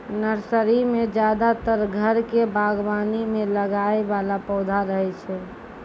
nursery मॅ ज्यादातर घर के बागवानी मॅ लगाय वाला पौधा रहै छै